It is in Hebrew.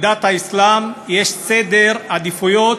בדת האסלאם יש סדר עדיפויות,